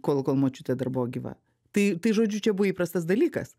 kol kol močiutė dar buvo gyva tai tai žodžiu čia buvo įprastas dalykas